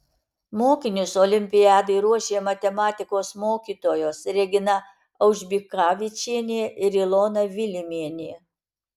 mokinius olimpiadai ruošė matematikos mokytojos regina aužbikavičienė ir ilona vilimienė